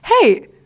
hey